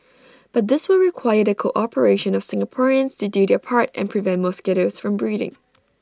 but this will require the cooperation of Singaporeans to do their part and prevent mosquitoes from breeding